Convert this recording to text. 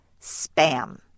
SPAM